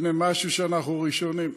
הנה משהו שאנחנו ראשונים.